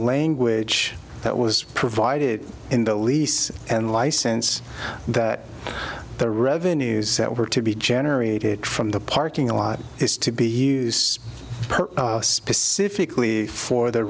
language that was provided in the lease and license that the revenues that were to be generated from the parking lot is to be used specifically for the